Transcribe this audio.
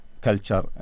culture